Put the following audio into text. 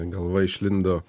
galva išlindo